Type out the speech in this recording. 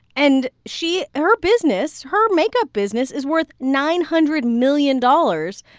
and she her business, her makeup business, is worth nine hundred million dollars.